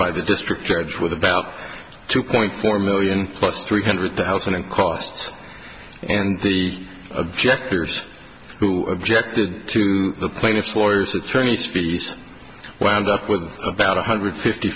by the district judge with about two point four million plus three hundred thousand and costs and the objectors who objected to the plaintiff's lawyers attorney's fees wound up with about one hundred fifty